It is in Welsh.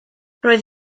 roedd